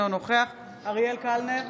אינו נוכח אריאל קלנר,